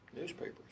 Newspapers